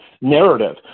narrative